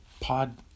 pod